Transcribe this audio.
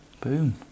boom